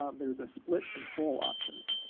um there is a split and full option.